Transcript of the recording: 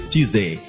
Tuesday